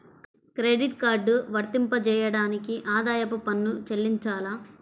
Credit card వర్తింపజేయడానికి ఆదాయపు పన్ను చెల్లించాలా?